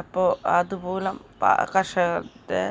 അപ്പോൾ അതുമൂലം കർഷകൻ്റെ